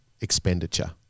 expenditure